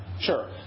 Sure